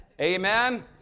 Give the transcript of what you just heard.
Amen